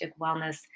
wellness